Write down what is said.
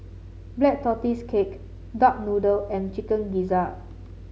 Black Tortoise Cake Duck Noodle and Chicken Gizzard